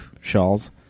shawls